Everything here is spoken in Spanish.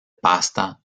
pasta